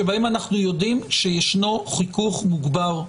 שבהם אנחנו יודעים שישנו חיכוך מוגבר.